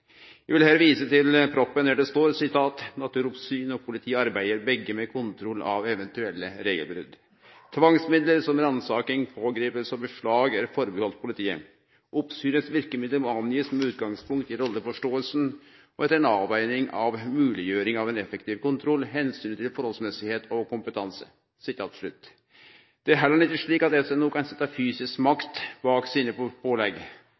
vil her vise til proposisjonen der det står: «Naturoppsyn og politi arbeider begge med kontroll av om regler blir overholdt og avdekking av eventuelle regelbrudd. Tvangsmidler som ransaking, pågripelse og beslag er forbeholdt politiet. Oppsynets virkemidler må angis med utgangspunkt i rolleforståelsen og etter en avveining av muliggjøring av en effektiv kontroll, hensynet til forholdsmessighet og kompetanse.» Det held seg ikkje slik at SNO kan setje fysisk makt bak sine pålegg.